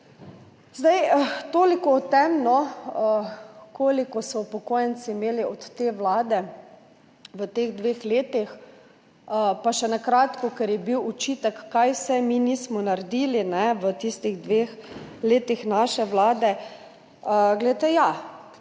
njih. Toliko o tem, koliko so imeli upokojenci od te vlade v teh dveh letih. Pa še na kratko, ker je bil očitek, kaj vse mi nismo naredili v tistih dveh letih naše vlade. Ja, res je,